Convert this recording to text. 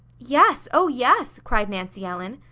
yes, oh, yes! cried nancy ellen.